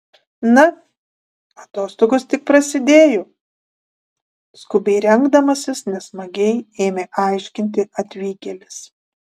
na atostogos tik prasidėjo skubiai rengdamasis nesmagiai ėmė aiškinti atvykėlis